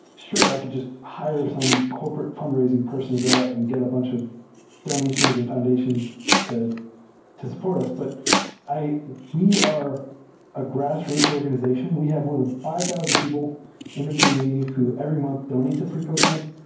sure, i could just hire some corporate fundraising person to go out and get a bunch of donations and foundations to to support us. but we are a grass roots organization. we have more than five thousand people in the community who every month donate to freecodecamp.